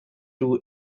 two